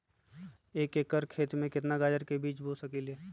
एक एकर खेत में केतना गाजर के बीज बो सकीं ले?